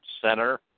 center